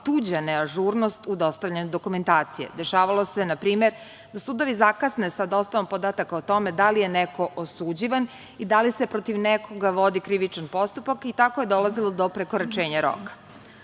tuđa neažurnost u dostavljanju dokumentacije. Dešavalo se npr. da sudovi zakasne sa dostavom podataka o tome da li je neko osuđivan i da li se protiv nekoga vodi krivičan postupak i tako je dolazilo do prekoračenja